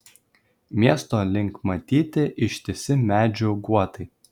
miesto link matyti ištisi medžių guotai